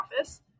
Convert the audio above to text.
office